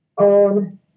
on